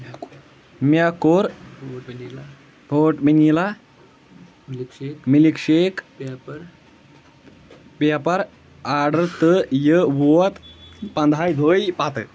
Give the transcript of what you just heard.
مےٚ کوٚر بوٹ vanilla milk shake paper order تہٕ یہِ ووٚت پَنٛداہہِ دۄہ پتہٕ